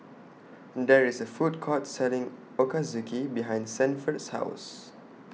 There IS A Food Court Selling Ochazuke behind Sanford's House